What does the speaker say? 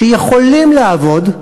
שיכולים לעבוד,